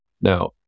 Now